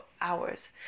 hours